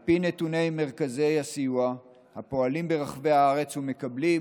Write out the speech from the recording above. על פי נתוני מרכזי הסיוע הפועלים ברחבי הארץ ומקבלים